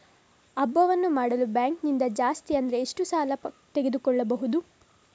ಹಬ್ಬವನ್ನು ಮಾಡಲು ಬ್ಯಾಂಕ್ ನಿಂದ ಜಾಸ್ತಿ ಅಂದ್ರೆ ಎಷ್ಟು ಸಾಲ ಹಣ ತೆಗೆದುಕೊಳ್ಳಬಹುದು?